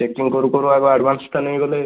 check in କରୁ କରୁ ଆଗ ଆଡଭାନ୍ସ ଟା ନେଇଗଲେ